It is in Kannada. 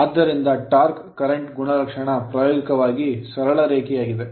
ಆದ್ದರಿಂದ torque ಟಾರ್ಕ್ current ಕರೆಂಟ್ ಗುಣಲಕ್ಷಣ ಪ್ರಾಯೋಗಿಕವಾಗಿ ಸರಳ ರೇಖೆಯಾಗಿದೆ